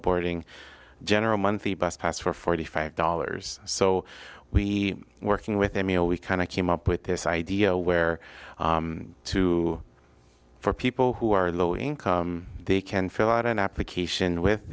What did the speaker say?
boarding general monthly bus pass for forty five dollars so we working with emil we kind of came up with this idea where to for people who are low income they can fill out an application with